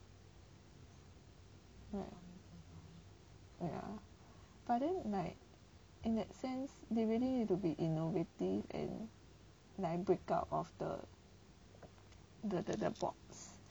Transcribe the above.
ya but then like in that sense they really need to be innovative and like break out of the the the the box